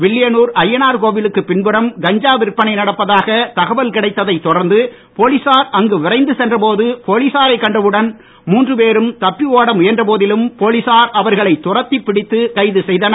வில்லியனூர் அய்யனார் கோவிலுக்கு பின்புறம் கஞ்சா விற்பனை நடப்பதாக தகவல் கிடைத்ததைத் தொடர்ந்து போலீசார் அங்கு விரைந்து சென்றபோது போலீசார்ரைக் கண்டவுடன் மூன்று பேரம் தப்பி ஒட முயன்ற போதிலும் போலீசார் அவர்களை துரத்திப் பிடித்து கைது செய்தனர்